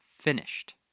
Finished